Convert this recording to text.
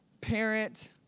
parent